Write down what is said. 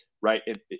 right